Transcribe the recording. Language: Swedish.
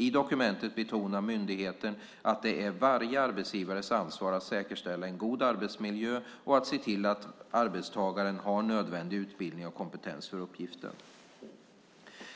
I dokumentet betonar myndigheterna att det är varje arbetsgivares ansvar att säkerställa en god arbetsmiljö och att se till att arbetstagaren har nödvändig utbildning och kompetens för uppgiften.